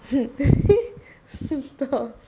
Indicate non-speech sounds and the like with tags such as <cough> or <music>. <laughs> stop